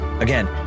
Again